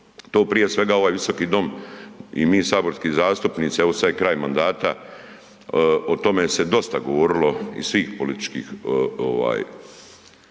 prije svega ovaj visoki dom i mi saborski zastupnici, evo sad je kraj mandata, o tome se dosta govorilo iz svih političkih ovaj,